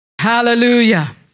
Hallelujah